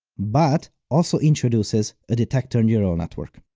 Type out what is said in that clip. but also introduces a detector neural network.